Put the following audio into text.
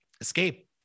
escape